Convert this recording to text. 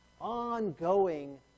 Ongoing